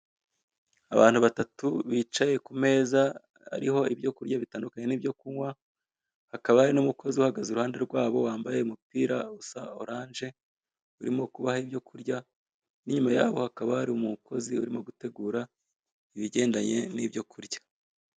Abantu batatu bicaye ku meza ariko ibyo kurya bitandukanye n'ibyo kunywa, hakaba hari n'umukozi uhagaze iruhande rwabo wambaye umupira usa oranje urimo kubaha ibyo kurya, n'inyuma yaho hakaba hari umukozi urimo gutegura ibigendanye n'ibyo kurya.